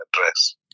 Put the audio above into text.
address